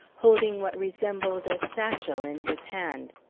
holding what resembled a satchel in his hand.